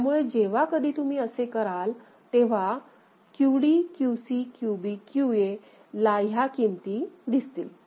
त्यामुळे जेव्हा कधी तुम्हीअसे कराल तेव्हा QD QC QB QA ला ह्या किमती दिसतील